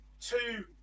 Two